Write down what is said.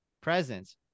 presence